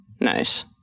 Nice